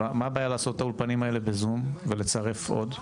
מה הבעיה לעשות את האולפנים האלה בזום ולצרף עוד?